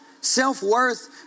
self-worth